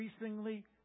increasingly